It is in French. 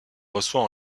reçoit